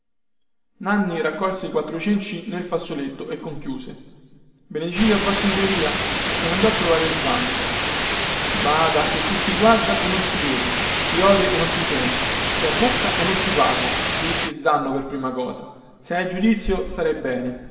nanni raccolse i quattro cenci nel fazzoletto e conchiuse benedicite a vossignoria e se ne andò a trovare il zanno bada che qui si guarda e non si vede si ode e non si sente si ha bocca e non si parla gli disse il zanno per prima cosa se hai giudizio starai bene